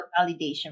validation